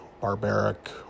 barbaric